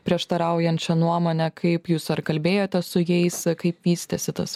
prieštaraujančią nuomonę kaip jūs ar kalbėjote su jais kaip vystėsi tas